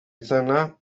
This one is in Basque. izena